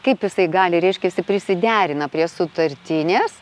kaip jisai gali reiškiasi prisiderina prie sutartinės